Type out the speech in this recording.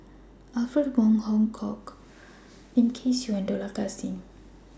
Alfred Wong Hong Kwok Lim Kay Siu and Dollah Kassim